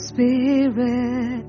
Spirit